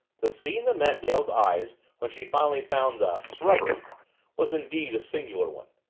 the scene that met dale's eyes when she finally found the srubbery was indeed a singular one.